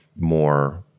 more